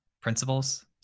principles